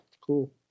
Cool